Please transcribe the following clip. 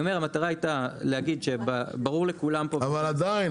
המטרה הייתה להגיד שברור לכולם פה --- אבל עדיין,